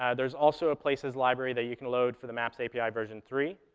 and there's also a places library that you can load for the maps api version three.